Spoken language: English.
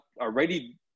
already